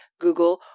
Google